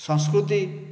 ସଂସ୍କୃତି